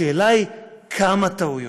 השאלה היא כמה טעויות.